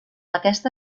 aquesta